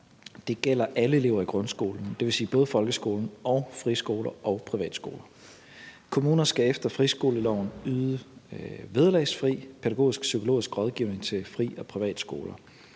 Det gælder alle elever i grundskolen, dvs. både folkeskoler, friskoler og privatskoler. Kommunerne skal efter friskoleloven yde vederlagsfri pædagogisk-psykologisk rådgivning til fri- og privatskoler.